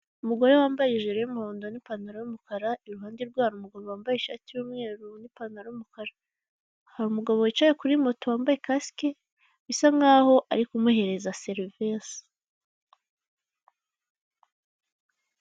Umugore wambaye ijire n'ipantalo y'umukara iruhande rwe hari umugabo wambaye ishati y'umweru n'ipantalo y'umukara hari umugabo wicaye kuri moto wambaye kasike bisa nkaho ari kumuhereza serivise.